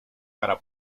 para